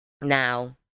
now